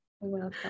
welcome